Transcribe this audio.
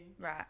Right